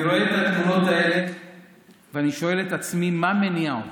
התמונות האלה ואני שואל את עצמי מה מניע אותם,